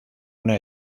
una